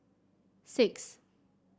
six